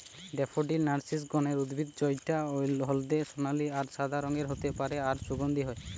daffodil narcissus গণের উদ্ভিদ জউটা হলদে সোনালী আর সাদা রঙের হতে পারে আর সুগন্ধি হয়